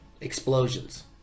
explosions